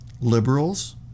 liberals